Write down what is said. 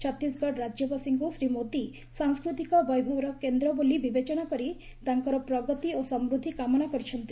ଛତିଶଗଡ଼ ରାଜ୍ୟବାସୀଙ୍କୁ ଶ୍ରୀ ମୋଦି ସାଂସ୍କୃତିକ ବୈଭବର କେନ୍ଦ୍ର ବୋଲି ବିବେଚନା କରି ତାଙ୍କର ପ୍ରଗତି ଓ ସମୂଦ୍ଧି କାମନା କରିଛନ୍ତି